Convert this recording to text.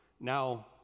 Now